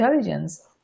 intelligence